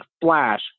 flash